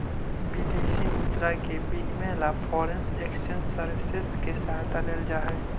विदेशी मुद्रा के विनिमय ला फॉरेन एक्सचेंज सर्विसेस के सहायता लेल जा हई